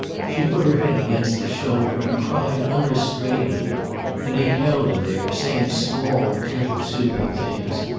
she put her head against his shoulder, and cried unrestrainedly and he held her there, saying small, gentle, soothing things,